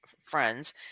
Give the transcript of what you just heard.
friends